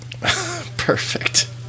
perfect